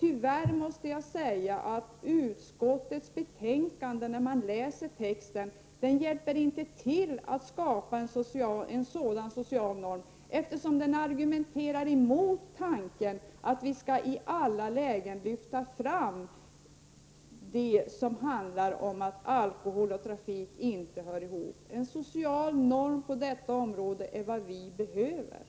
Tyvärr hjälper inte utskottets betänkande till att skapa en sådan social norm. Man argumentar emot tanken att vi i alla lägen skall lyfta fram att alkohol och trafik inte hör ihop. Det vi behöver på detta område är en social norm.